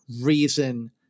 reason